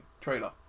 trailer